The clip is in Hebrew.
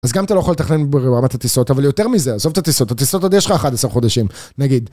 אז גם אתה לא יכול לתכנן ברמת הטיסות, אבל יותר מזה, עזוב את הטיסות, הטיסות עוד יש לך 11 חודשים, נגיד.